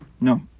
No